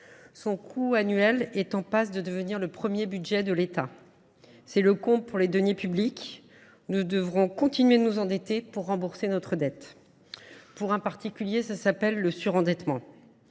Son coût annuel est en passe de devenir le premier budget de l’État. C’est le comble pour les deniers publics : nous devrons continuer de nous endetter pour rembourser notre dette. Pour un particulier, cette situation a un nom : le surendettement.